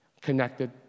connected